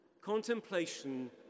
Contemplation